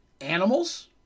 animals